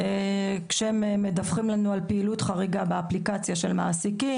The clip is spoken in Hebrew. כשהם מדווחים לנו על פעילות חריגה באפליקציה של מעסיקים,